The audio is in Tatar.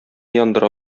яндыра